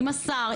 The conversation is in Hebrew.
עם השר,